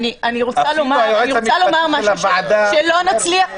אני אני רוצה לומר שלא נצליח --- אפילו